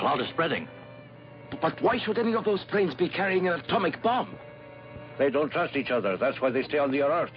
cloud is spreading but why should any of those things be carrying atomic bomb they don't trust each other that's why they stay on the